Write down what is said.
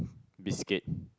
biscuit